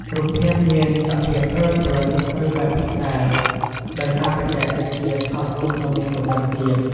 រូបភាពមានសភាពព្រាលៗ ឬបែកផិចសេល ដោយសារបច្ចេកវិទ្យាថតរូបនៅមានកម្រិតទាប។